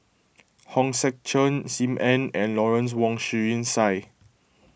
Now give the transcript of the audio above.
Hong Sek Chern Sim Ann and Lawrence Wong Shyun Tsai